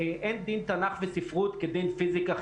אין דין תנ"ך וספרות כדין פיזיקה,